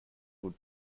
would